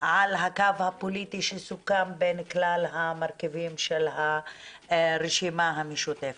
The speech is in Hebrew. על הקו הפוליטי שסוכם בין כלל המרכיבים של הרשימה המשותפת.